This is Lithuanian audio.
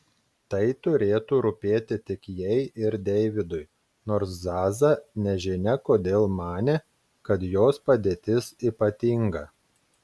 tai turėtų rūpėti tik jai ir deividui nors zaza nežinia kodėl manė kad jos padėtis ypatinga